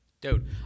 Dude